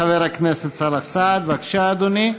חבר הכנסת סאלח סעד, בבקשה, אדוני.